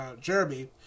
Jeremy